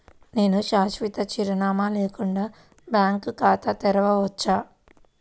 నేను శాశ్వత చిరునామా లేకుండా బ్యాంక్ ఖాతా తెరవచ్చా?